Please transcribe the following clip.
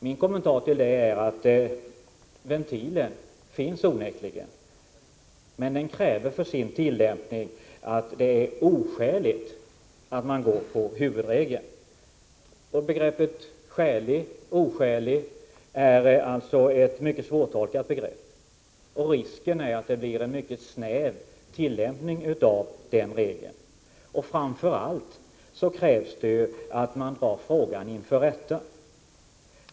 Min kommentar till detta är att ventilen onekligen finns, men den kräver för sin tillämpning att det är oskäligt att gå på huvudregeln. Begreppet oskäligt är mycket svårtolkat. Risken är att det blir en mycket snäv tillämpning av regeln. Framför allt krävs att man drar frågan inför rätta.